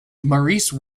maurice